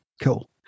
cool